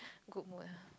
good mood